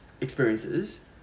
experiences